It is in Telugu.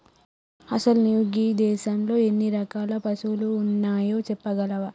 అసలు నువు గీ దేసంలో ఎన్ని రకాల పసువులు ఉన్నాయో సెప్పగలవా